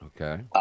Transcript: Okay